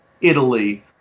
Italy